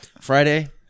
Friday